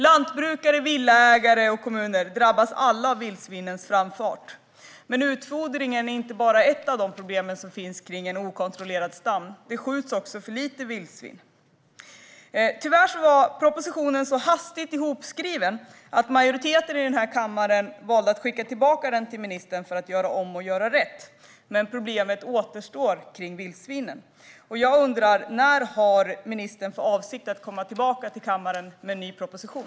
Lantbruket, villaägare och kommuner drabbas alla av vildsvinens framfart, men utfodringen är inte det enda problemet när det gäller en okontrollerad stam. Det skjuts också för få vildsvin. Tyvärr var propositionen så hastigt ihopskriven att majoriteten i den här kammaren valde att skicka tillbaka den till ministern för att man skulle göra om och göra rätt. Problemen med vildsvinen kvarstår dock, och jag undrar: När har ministern för avsikt att komma tillbaka till kammaren med en ny proposition?